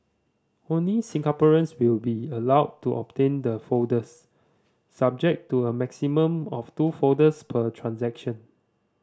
only Singaporeans will be allowed to obtain the folders subject to a maximum of two folders per transaction